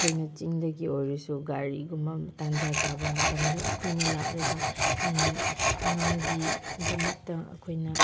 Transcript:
ꯑꯩꯈꯣꯏꯅ ꯆꯤꯡꯗꯒꯤ ꯑꯣꯏꯔꯁꯨ ꯒꯥꯔꯤꯒꯨꯝꯕ ꯇꯟꯖꯥ ꯆꯥꯕ ꯃꯇꯝꯗ ꯑꯩꯈꯣꯏꯅ ꯂꯥꯛꯑꯒ ꯑꯉꯥꯡꯒꯤꯗꯃꯛꯇ ꯑꯩꯈꯣꯏꯅ